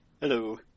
Hello